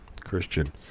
Christian